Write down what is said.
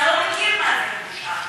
אתה לא מכיר מה זה בושה.